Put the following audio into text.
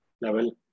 level